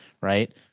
right